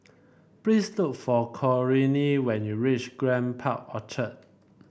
please look for Corinne when you reach Grand Park Orchard